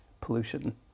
pollution